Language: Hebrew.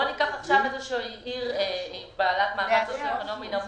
בואו ניקח איזו עיר בעלת מעמד סוציו-אקונומי נמוך,